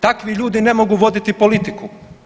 Takvi ljudi ne mogu voditi politiku.